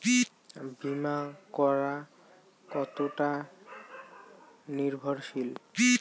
বীমা করা কতোটা নির্ভরশীল?